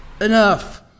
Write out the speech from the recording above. enough